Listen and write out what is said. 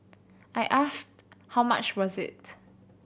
I asked how much was it